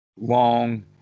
long